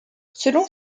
selon